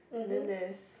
and then there's